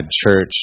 church